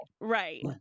right